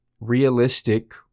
realistic